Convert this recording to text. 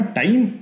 time